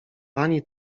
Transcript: pani